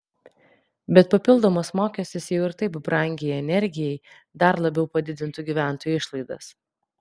bet papildomas mokestis jau ir taip brangiai energijai dar labiau padidintų gyventojų išlaidas